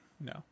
No